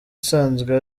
usanzwe